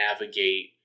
navigate